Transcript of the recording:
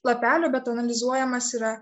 lapelių bet analizuojamas yra